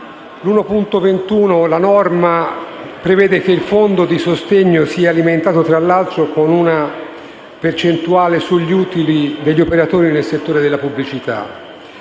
1.21 prevede che il Fondo di sostegno sia alimentato, tra l'altro, con una percentuale sugli utili degli operatori del settore della pubblicità.